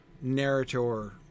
narrator